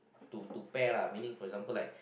to to pair lah meaning for example like